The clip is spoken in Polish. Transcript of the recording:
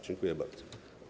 Dziękuję bardzo.